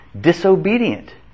disobedient